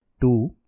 Two